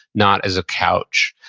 not as a couch.